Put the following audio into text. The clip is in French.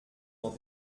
d’en